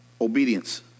Obedience